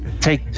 take